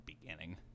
beginning